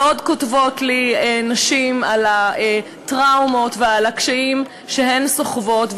ועוד כותבות לי נשים על הטראומות ועל הקשיים שהן סוחבות.